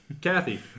Kathy